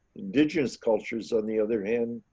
indigenous cultures, on the other hand,